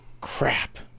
Crap